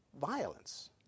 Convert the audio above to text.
violence